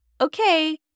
Okay